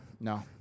No